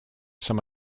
some